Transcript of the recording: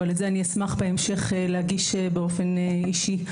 ואני אשמח בהמשך להגיש את זה באופן אישי.